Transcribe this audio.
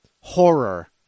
horror